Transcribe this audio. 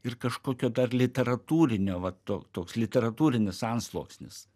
ir kažkokio dar literatūrinio vat to toks literatūrinis antsluoksnis